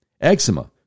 eczema